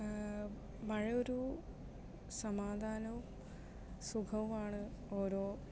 മഴയൊരു സമാധാനവും സുഖവുമാണ്